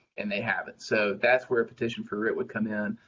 and they haven't. so that's where a petition for writ would come in.